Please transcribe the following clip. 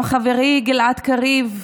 גם חברי גלעד קריב,